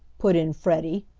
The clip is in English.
put in freddie,